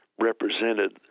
represented